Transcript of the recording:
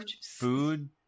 food